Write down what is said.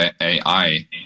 AI